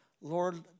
Lord